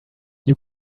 you